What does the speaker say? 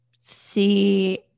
see